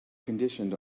conditioned